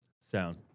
Sound